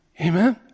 Amen